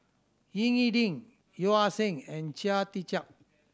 Ying E Ding Yeo Ah Seng and Chia Tee Chiak